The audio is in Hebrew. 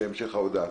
ההתכנסות.